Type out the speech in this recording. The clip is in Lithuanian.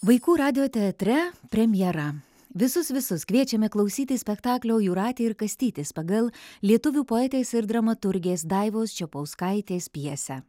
vaikų radijo teatre premjera visus visus kviečiame klausyti spektaklio jūratė ir kastytis pagal lietuvių poetės dramaturgės daivos čepauskaitės pjesę